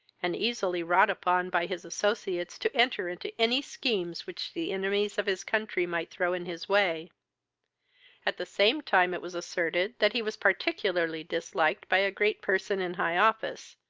and easily wrought upon by his associates to enter into any scheme which the enemies of his country might throw in his way at the same time it was asserted that he was particularly disliked by a great person in high office.